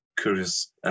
curious